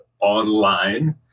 online